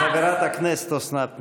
חברת הכנסת אוסנת מארק,